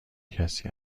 کسی